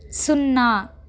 సున్నా